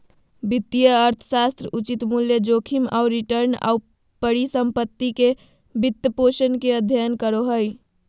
वित्तीय अर्थशास्त्र उचित मूल्य, जोखिम आऊ रिटर्न, आऊ परिसम्पत्ति के वित्तपोषण के अध्ययन करो हइ